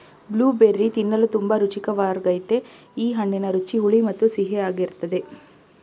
blueberry ತಿನ್ನಲು ತುಂಬಾ ರುಚಿಕರ್ವಾಗಯ್ತೆ ಈ ಹಣ್ಣಿನ ರುಚಿ ಹುಳಿ ಮತ್ತು ಸಿಹಿಯಾಗಿರ್ತದೆ